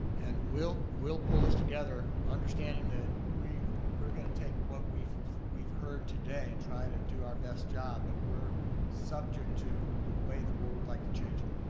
and we'll we'll pull this together understanding that we're gonna take what we've we've heard today and try to do our best job, but we're subject to the way the board would like to change it.